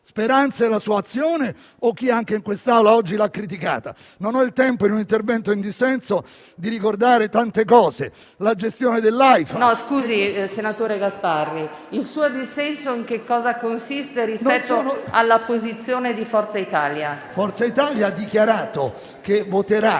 Speranza e la sua azione o chi, anche in quest'Aula oggi, l'ha criticata? Non ho il tempo in un intervento in dissenso di ricordare tante cose: la gestione dell'Aifa… PRESIDENTE. Scusi, senatore Gasparri, il suo dissenso in che cosa consiste rispetto alla posizione di Forza Italia? GASPARRI *(FIBP-UDC)*. Forza Italia ha dichiarato che voterà